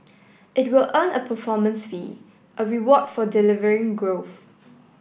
it will earn a performance fee a reward for delivering growth